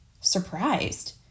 surprised